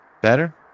Better